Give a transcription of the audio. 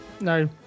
No